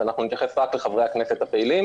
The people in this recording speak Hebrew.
אז נתייחס רק לחברי הכנסת הפעילים.